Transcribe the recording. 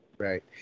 Right